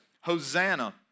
Hosanna